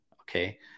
Okay